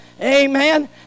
Amen